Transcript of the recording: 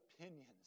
opinions